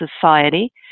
society